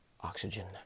oxygen